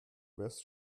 west